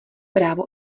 právo